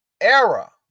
era